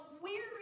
weary